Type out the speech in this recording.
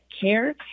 care